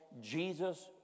Jesus